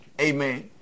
Amen